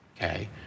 Okay